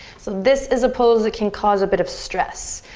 so this is a pose that can cause a bit of stress.